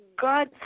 God